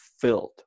filled